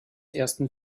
ersten